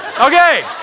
Okay